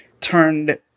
turned